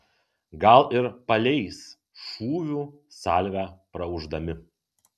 gal ir paleis šūvių salvę praūždami